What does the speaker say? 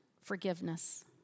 forgiveness